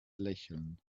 lächeln